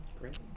Great